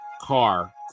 car